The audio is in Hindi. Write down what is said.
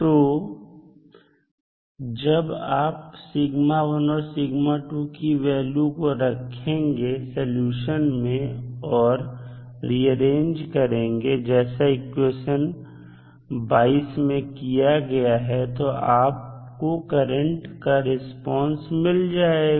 तो जब आपऔर की वैल्यू को रखेंगे सलूशन में और रिअरेंज करेंगे जैसा इक्वेशन 22 में किया गया है तो आपको करंट का रिस्पांस मिल जाएगा